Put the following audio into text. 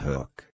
Hook